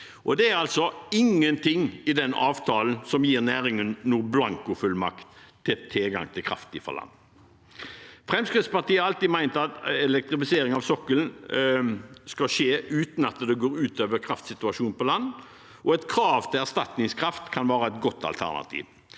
Det er altså ingenting i den avtalen som gir næringen noen blankofullmakt til tilgang på kraft fra land. Fremskrittspartiet har alltid ment at elektrifisering av sokkelen skal skje uten at det går ut over kraftsituasjonen på land, og et krav til erstatningskraft kan være et godt alternativ,